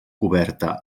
coberta